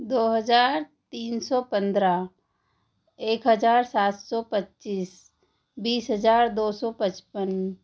दो हज़ार तीन सौ पन्द्रह एक हज़ार सात सौ पच्चीस बीस हज़ार दो सौ पचपन